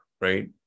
right